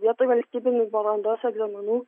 vietoj valstybinių brandos egzaminų